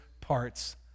parts